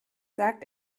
sagt